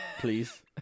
please